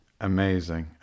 Amazing